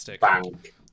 bank